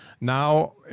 now